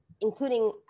including